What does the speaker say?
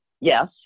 yes